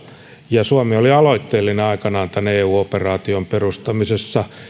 ja suomi oli aloitteellinen aikanaan tämän eu operaation perustamisessa